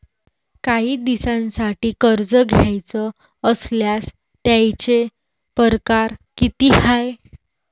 कायी दिसांसाठी कर्ज घ्याचं असल्यास त्यायचे परकार किती हाय?